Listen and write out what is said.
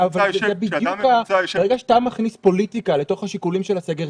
ברגע שאתה מכניס פוליטיקה אל תוך השיקולים של הסגר,